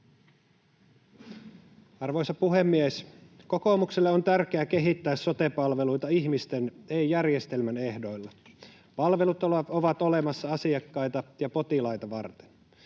Arvoisa puhemies! Kokoomukselle on tärkeää kehittää sote-palveluita ihmisten, ei järjestelmän ehdoilla. Palvelut ovat olemassa asiakkaita ja potilaita varten.